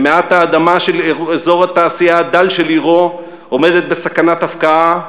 שמעט האדמה של אזור התעשייה הדל של עירו עומדת בסכנת הפקעה,